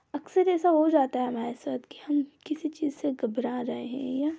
अक्सर ऐसा हो जाता है हमारे साथ कि हम किसी चीज से घबरा रहे हैं या